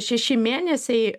šeši mėnesiai